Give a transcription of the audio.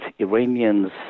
Iranians